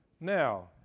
Now